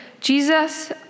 Jesus